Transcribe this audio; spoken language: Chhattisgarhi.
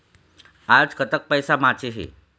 आज कतक पैसा बांचे हे?